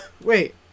Wait